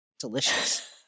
Delicious